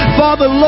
father